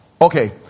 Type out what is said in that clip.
Okay